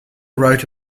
wrote